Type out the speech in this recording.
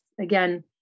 again